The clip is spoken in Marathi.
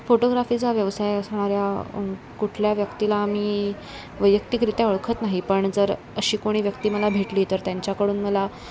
फोटोग्राफीचा व्यवसाय असणाऱ्या कुठल्या व्यक्तीला मी वैयक्तिकरित्या ओळखत नाही पण जर अशी कोणी व्यक्ती मला भेटली तर त्यांच्याकडून मला